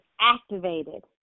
activated